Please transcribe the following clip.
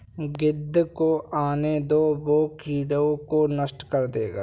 गिद्ध को आने दो, वो कीड़ों को नष्ट कर देगा